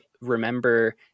remember